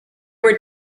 were